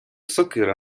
сокира